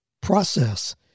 process